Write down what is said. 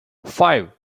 five